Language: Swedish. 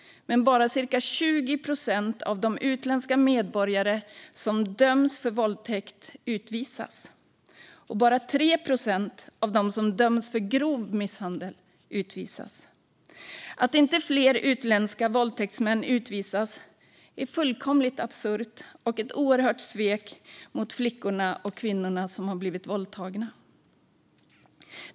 Men bara cirka 20 procent av de utländska medborgare som döms för våldtäkt utvisas, och bara 3 procent av dem som döms för grov misshandel utvisas. Att inte fler utländska våldtäktsmän utvisas är fullkomligt absurt och ett oerhört svek mot flickorna och kvinnorna som har blivit våldtagna.